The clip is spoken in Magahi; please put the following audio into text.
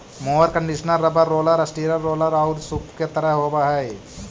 mower conditioner rubber roller, steel roller औउर सूप के तरह के होवऽ हई